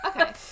Okay